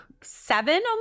seven